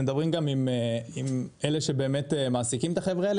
אתם מדברים עם אלה שבאמת אלה שמעסיקים את החבר'ה האלה,